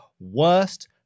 Worst